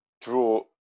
draw